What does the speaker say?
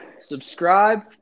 subscribe